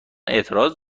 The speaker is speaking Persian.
اعتراض